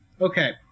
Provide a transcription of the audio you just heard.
okay